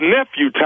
Nephew